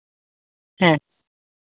ᱦᱮᱸ